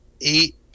eight